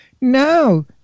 No